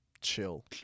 Chill